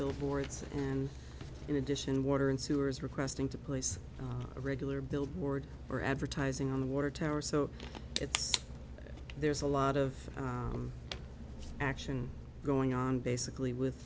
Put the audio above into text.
billboards and in addition water and sewer is requesting to place a regular billboard or advertising on the water tower so it's there's a lot of action going on basically with